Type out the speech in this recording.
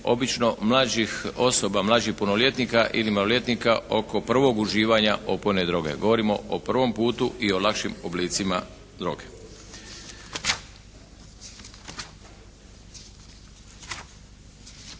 obično mlađih osoba, mlađih punoljetnika ili maloljetnika oko prvog uživanja opojne droge. Govorimo o prvom putu i o lakšim oblicima droge.